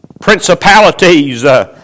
principalities